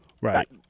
Right